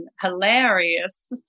hilarious